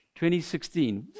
2016